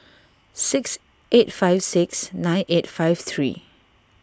six eight five six nine eight five three